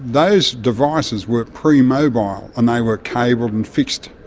those devices were pre mobile and they were cabled and fixed.